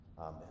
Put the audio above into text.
Amen